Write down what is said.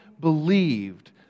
believed